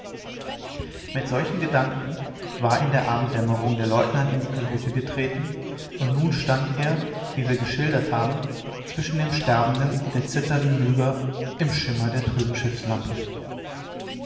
mit solchen gedanken war in der abenddämmerung der leutnant in die kajüte getreten und nun stand er wie wir geschildert haben zwischen dem sterbenden und der zitternden myga im schimmer der